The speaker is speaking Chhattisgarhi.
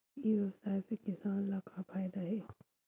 ई व्यवसाय से किसान ला का फ़ायदा हे?